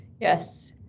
Yes